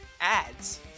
ads